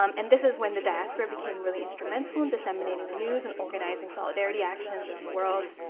um and this is when the diaspora became really instrumental in disseminating the news and organizing solidarity actions around the world.